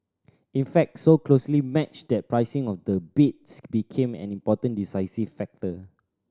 in fact so closely matched that pricing of the bids became an important decisive factor